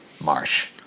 Marsh